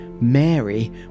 Mary